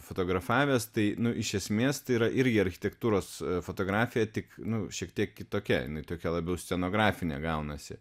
fotografavęs tai iš esmės tai yra irgi architektūros fotografija tik nu šiek tiek kitokia jinai tokia labiau scenografinė gaunasi